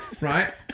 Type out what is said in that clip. right